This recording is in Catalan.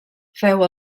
feu